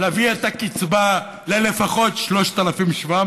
להביא את הקצבה ללפחות 3,700,